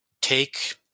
take